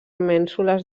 mènsules